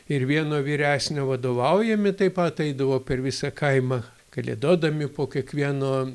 ir vieno vyresnio vadovaujami taip pat eidavo per visą kaimą kalėdodami po kiekvieno